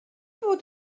bod